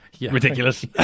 Ridiculous